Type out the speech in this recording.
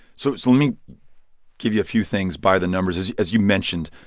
so let me give you a few things by the numbers. as you as you mentioned,